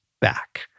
back